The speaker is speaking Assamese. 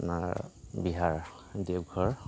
আপোনাৰ বিহাৰ দেৱঘৰ